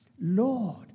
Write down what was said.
Lord